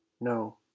No